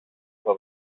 στο